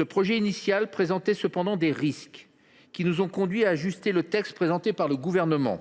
Le projet initial présentait cependant des risques qui nous ont conduits à ajuster le texte présenté par le Gouvernement.